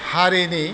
हारिनि